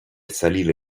salire